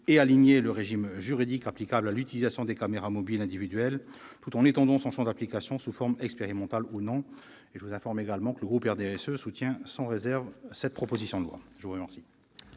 et aligner le régime juridique applicable à l'utilisation des caméras mobiles individuelles tout en étendant son champ d'application sous forme expérimentale ou non ». Quant au groupe du RDSE, il soutient sans réserve cette proposition de loi. La parole